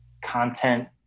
content